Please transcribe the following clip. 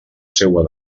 seua